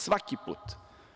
Svaki put.